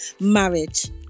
marriage